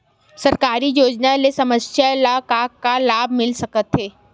सरकारी योजना ले समस्या ल का का लाभ मिल सकते?